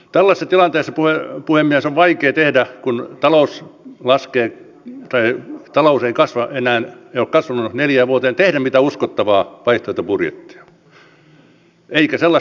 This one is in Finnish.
tällaisessa tilanteessa puhemies on vaikeaa kun talous laskee tai talous ei kasva enää ei ole kasvanut neljään vuoteen tehdä mitään uskottavaa vaihtoehtobudjettia eikä sellaista ole esitettykään